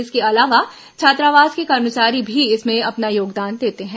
इसके अलावा छात्रावास के कर्मचारी भी इसमें अपना योगदान देते हैं